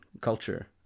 culture